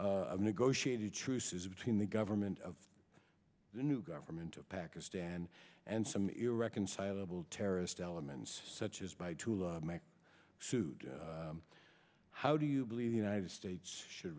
of negotiated truces between the government of the new government of pakistan and some irreconcilable terrorist elements such as by two love may suit how do you believe the united states should